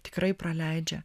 tikrai praleidžia